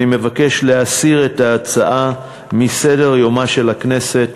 אני מבקש להסיר את ההצעה מסדר-יומה של הכנסת.